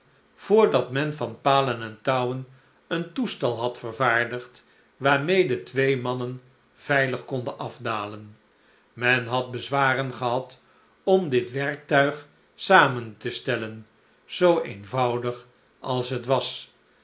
voordat men van palen en touwen een toestel had vervaardigd waarmede twee mannen veilig konden afdalen men had bezwaren gehad om dit werktuig samen te stellen zoo eenvoudig als het was